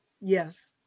Yes